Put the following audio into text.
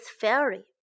Fairy